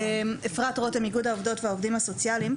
אפרת רותם, איגוד העובדות והעובדים הסוציאליים.